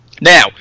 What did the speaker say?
now